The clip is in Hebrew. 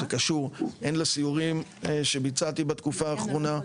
הן לסיורים שביצעתי בתקופה האחרונה,